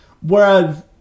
Whereas